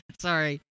Sorry